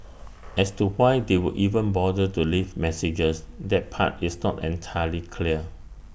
as to why they would even bother to leave messages that part is not entirely clear